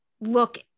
look